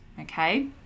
Okay